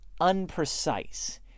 unprecise